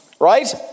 Right